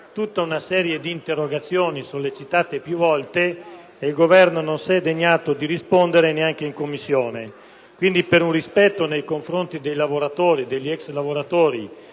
tutta una serie di interrogazioni, sollecitate più volte, cui il Governo non si è degnato di rispondere, neanche in Commissione. Quindi, per rispetto nei confronti degli ex lavoratori